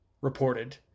reported